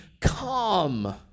come